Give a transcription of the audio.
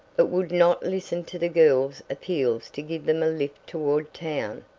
but would not listen to the girls' appeals to give them a lift toward town.